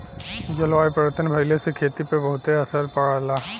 जलवायु परिवर्तन भइले से खेती पे बहुते असर पड़ला